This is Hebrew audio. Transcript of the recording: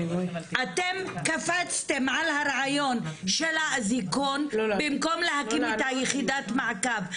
אתם קפצתם על הרעיון של האזיקון במקום להקים את יחידת המעקב,